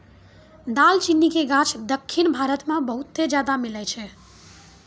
दालचीनी के गाछ दक्खिन भारत मे बहुते ज्यादा मिलै छै